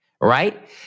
right